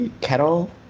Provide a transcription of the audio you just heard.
kettle